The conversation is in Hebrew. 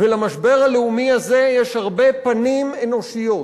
ולמשבר הלאומי הזה יש הרבה פנים אנושיות.